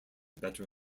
better